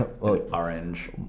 orange